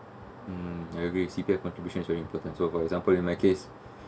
mm I agree C_P_F contribution is very important so for example in my case